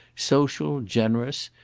social, generous,